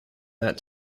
that